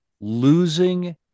losing